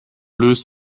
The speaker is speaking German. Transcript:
löst